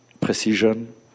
precision